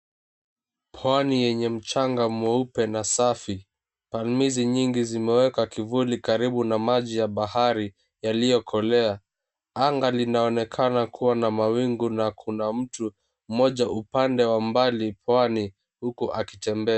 Pwani yenye mchanga mweupe na safi pwani hizi mingi zimeeka kivuli karibu na maji ya bahari yaliyokolea, anga linaonekana kuwa na mawingu na kuna mtu mmoja upande wa mbali pwani huku akitembea.